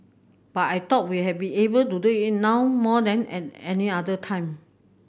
but I thought we had be able to do it now more than at any other time